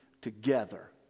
together